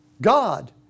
God